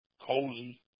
cozy